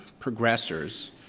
progressors